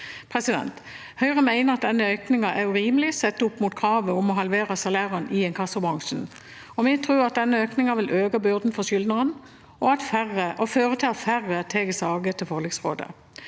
arbeidet. Høyre mener at denne økningen er urimelig sett opp mot kravet om å halvere salærene i inkassobransjen. Vi tror også at denne økningen vil øke byrden for skyldneren og føre til at færre tar saker til forliksrådet.